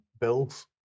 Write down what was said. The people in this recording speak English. bills